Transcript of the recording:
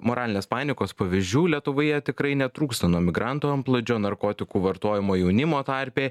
moralinės panikos pavyzdžių lietuvoje tikrai netrūksta nuo migrantų antplūdžio narkotikų vartojimo jaunimo tarpe